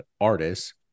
artists